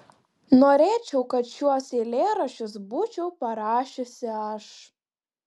norėčiau kad šiuos eilėraščius būčiau parašiusi aš